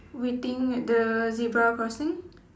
waiting at the zebra crossing